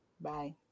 Bye